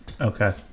Okay